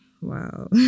Wow